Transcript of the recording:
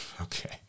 Okay